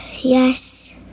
Yes